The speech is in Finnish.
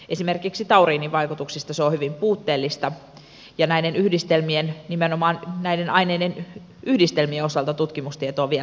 esimerkiksi tauriinin vaikutuksista se on hyvin puutteellista ja nimenomaan näiden aineiden yhdistelmien osalta tutkimustieto on vielä rajallisempaa